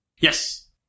Yes